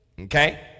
Okay